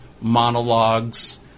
monologues